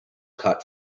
caught